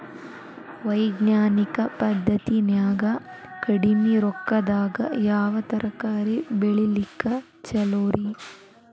ವೈಜ್ಞಾನಿಕ ಪದ್ಧತಿನ್ಯಾಗ ಕಡಿಮಿ ರೊಕ್ಕದಾಗಾ ಯಾವ ತರಕಾರಿ ಬೆಳಿಲಿಕ್ಕ ಛಲೋರಿ?